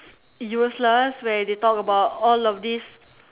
useless where they talk about all of these